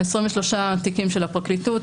23 תיקים של הפרקליטות.